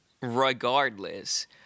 Regardless